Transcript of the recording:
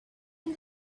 and